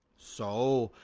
so,